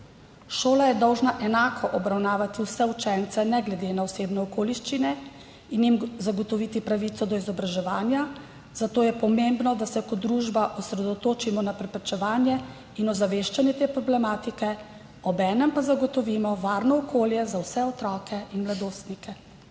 Šola je dolžna enako obravnavati vse učence ne glede na osebne okoliščine in jim zagotoviti pravico do izobraževanja, zato je pomembno, da se kot družba osredotočimo na preprečevanje in ozaveščanje te problematike, obenem pa zagotovimo varno okolje za vse otroke in mladostnike.